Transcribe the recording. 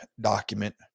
document